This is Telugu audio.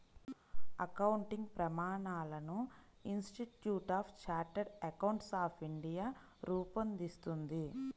అకౌంటింగ్ ప్రమాణాలను Institute of Chartered Accountants of India రూపొందిస్తుంది